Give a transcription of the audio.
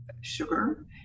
sugar